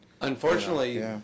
Unfortunately